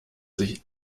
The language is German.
sich